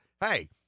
Hey